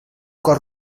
cor